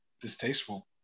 distasteful